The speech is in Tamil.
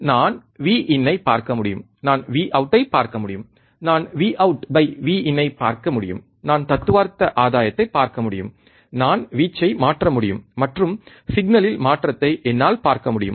நான் Vin ஐ பார்க்க முடியும் நான் Vout ஐ பார்க்க முடியும் நான் Vout Vin ஐ பார்க்க முடியும் நான் தத்துவார்த்த ஆதாயத்தை பார்க்க முடியும் நான் வீச்சை மாற்ற முடியும் மற்றும் சிக்னலில் மாற்றத்தை என்னால் பார்க்க முடியும்